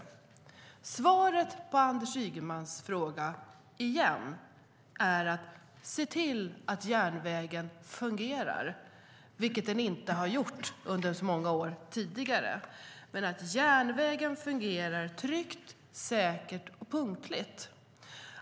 Återigen: Svaret på Anders Ygemans fråga är att vi ska se till att järnvägen fungerar, vilket den inte har gjort under många år tidigare. Järnvägen fungerar tryggt, säkert och punktligt.